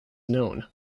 known